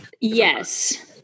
Yes